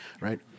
right